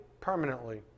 permanently